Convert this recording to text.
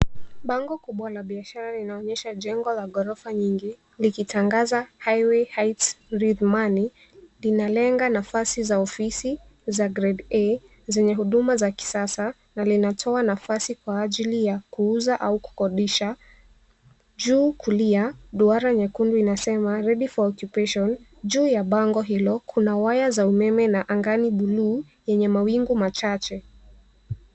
Bango kubwa la biashara inaonyesha jengo la ghorofa nyingi likitangaza Highway Heights with money , inalenga nafasi za ofisi za grade A zenye huduma za kisasa, linatoa kwa ajili ya kuuza au kukodisha. Juu kulia duara nyekundu inasema ready for occupation . Juu ya bango hilo kuna waya za umeme na anga ni buluu yenye mawingu machache.